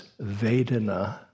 Vedana